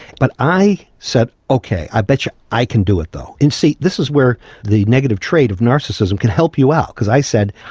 but i said, okay, i bet you i can do it though. and see this is where the negative trait of narcissism can help you out, because i said,